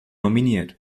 nominiert